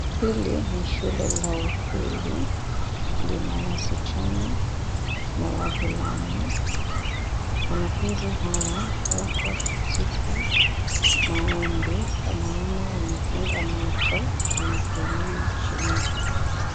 Hili ni shule ndogo, hili lina wasichana na wavulana. Wanafunzi hawa wako katika maombi kwa maana wamefunga macho na kuinama chini.